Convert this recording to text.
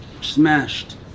smashed